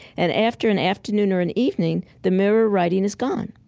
and after an afternoon or an evening, the mirror writing is gone.